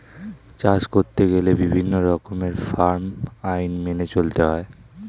চাষ করতে গেলে বিভিন্ন রকমের ফার্ম আইন মেনে চলতে হয়